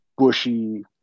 bushy